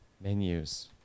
Menus